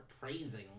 praising